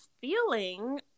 feeling